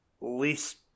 least